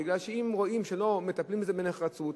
מפני שאם רואים שלא מטפלים בזה בנחרצות,